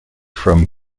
from